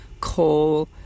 coal